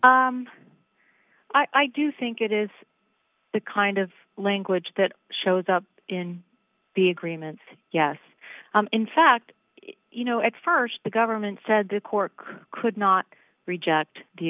agreement i do think it is the kind of language that shows up in the agreements yes in fact you know at st the government said the cork could not reject the